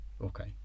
Okay